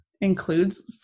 includes